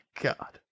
god